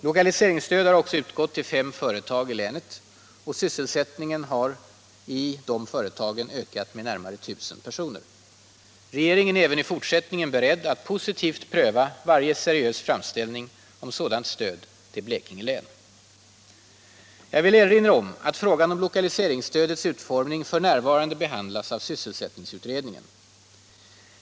Lokaliseringsstöd har också utgått till fem företag i länet, och sysselsättningen har i dessa företag ökat med närmare 1000 personer. Regeringen är även i fortsättningen beredd att positivt pröva varje seriös framställning om sådant stöd till Blekinge län. Jag vill erinra om att frågan om lokaliseringsstödets utformning f. n. behandlas av sysselsättningsutredningen.